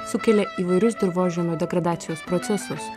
sukelia įvairius dirvožemio degradacijos procesus